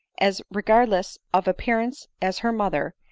as regardless of appearances as her mother,